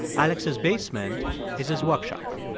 alex's basement is his workshop.